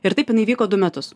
ir taip jinai vyko du metus